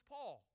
Paul